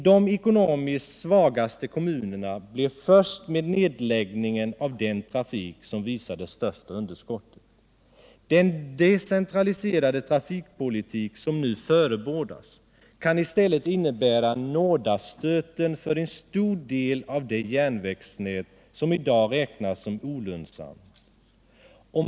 De ekonomiskt svagaste kommunerna blir först med nedläggningen av den trafik som visar det största underskottet. Den decentraliserade trafikpolitik som nu förebådas kan i stället innebära nådastöten för en stor del av det järnvägsnät som i dag räknas som olönsamt.